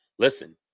Listen